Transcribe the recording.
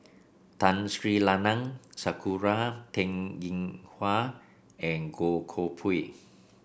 Tun Sri Lanang Sakura Teng Ying Hua and Goh Koh Pui